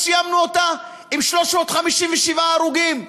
סיימנו אותה עם 357 הרוגים.